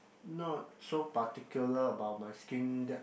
not so particular about my skin that